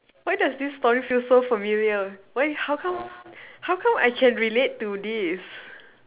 why does this story feel so familiar why how come how come I can relate to this